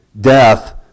death